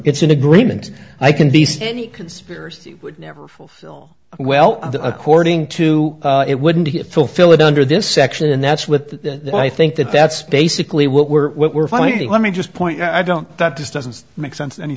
it's an agreement i can these any conspiracy would never fulfill well according to it wouldn't it fulfill it under this section and that's with that i think that that's basically what we're what we're finding let me just point i don't that just doesn't make sense any